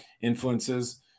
influences